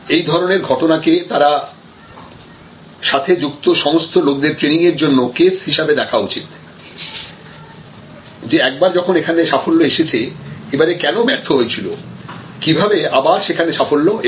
এই ধরনের ঘটনাকে তার সাথে যুক্ত সমস্ত লোকদের ট্রেনিংয়ের জন্য কেস হিসেবে দেখা উচিত যে একবার যখন এখানে সাফল্য এসেছে এবারে কেন ব্যর্থ হয়েছিল কিভাবে আবার সেখানে সাফল্য এল